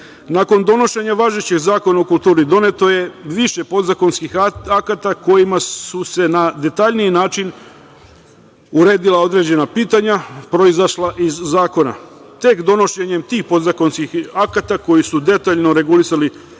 donošenja važećeg Zakona o kulturi, doneto je više podzakonskih akata kojima su se na detaljniji način uredila određena pitanja proizašla iz zakona. Tek donošenjem tih podzakonskih akta, koji su detaljno regulisali